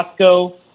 Costco